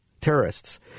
terrorists